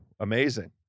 amazing